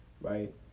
right